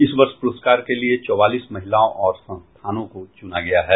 इस वर्ष पुरस्कार के लिए चौबालीस महिलाओं और संस्थानों को चुना गया है